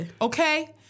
okay